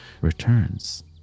returns